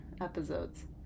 episodes